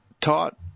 taught